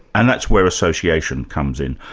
and that's where association comes in.